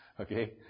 Okay